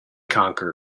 conquer